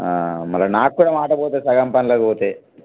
మళ్ళా నాకు కూడా మాట పోతుంది సగం పనులకి పోతే